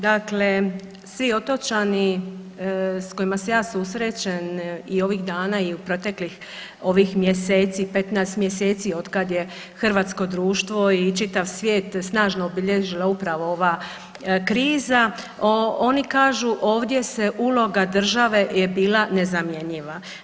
Dakle, svi otočani sa kojima se ja susrećem i ovih dana i u proteklih ovih mjeseci, 15 mjeseci od kad je hrvatsko društvo i čitav svijet snažno obilježila upravo ova kriza oni kažu ovdje se uloga države je bila nezamjenjiva.